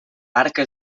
barca